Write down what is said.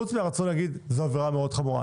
חוץ מהרצון לומר שזו עבירה מאוד חמורה.